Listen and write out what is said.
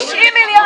90 מיליון